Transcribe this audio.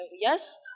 yes